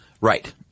Right